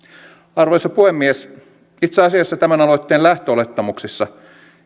arvoisa puhemies itse asiassa tämän aloitteen lähtöolettamuksissa